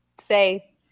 say